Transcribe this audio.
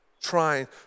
trying